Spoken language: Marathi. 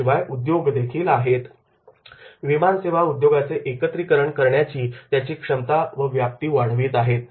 याशिवाय उद्योग देखील आहेत